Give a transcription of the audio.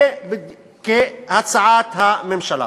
כהצעת הממשלה.